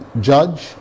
judge